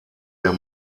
der